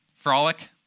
Frolic